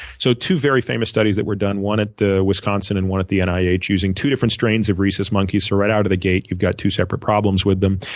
so two very famous studies that were done, one at the wisconsin and one at the nih using two different strains of rhesus monkeys, so right out of the gate you've got two separate problems with them.